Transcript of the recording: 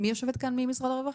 מי יושבת כאן ממשרד הרווחה?